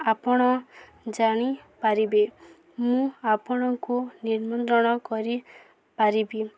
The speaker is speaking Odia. ଆପଣ ଜାଣିପାରିବେ ମୁଁ ଆପଣଙ୍କୁ ନିମନ୍ତ୍ରଣ କରିପାରିବି